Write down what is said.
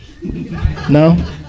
No